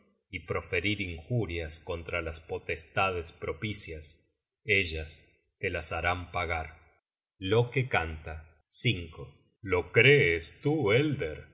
y proferir injurias contra las potestades propicias ellas te las harán pagar loke canta lo crees tú elder